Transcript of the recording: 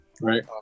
right